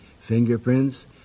fingerprints